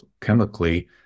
chemically